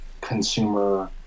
consumer